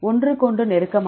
ஒன்றுக்கொன்று நெருக்கமான